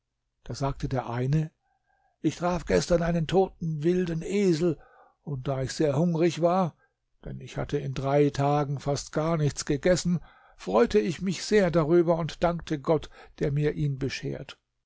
da sagte der eine ich traf gestern einen toten wilden esel und da ich sehr hungrig war denn ich hatte in drei tagen fast gar nichts gegessen freute ich mich sehr darüber und dankte gott der mir ihn beschert